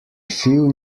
few